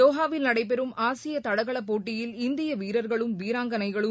தோஹாவில் நடைபெறும் ஆசிய தடகளப் போட்டியில் இந்திய வீரர்களும் வீராங்கனைகளும்